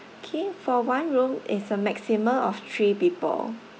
K for one room is a maximum of three people